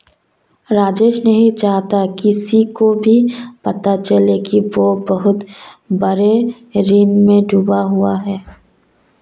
राजेश नहीं चाहता किसी को भी पता चले कि वह बहुत बड़े ऋण में डूबा हुआ है